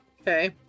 Okay